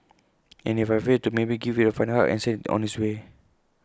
and if I failed to maybe give IT A final hug and send IT on its way